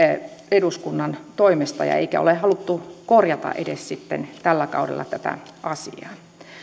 eduskunnan toimesta eikä ole haluttu korjata edes tällä kaudella tätä asiaa